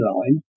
Line